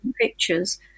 pictures